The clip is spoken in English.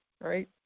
right